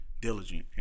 diligent